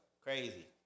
Crazy